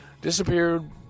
disappeared